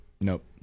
Nope